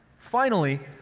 finally,